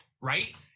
right